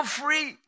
free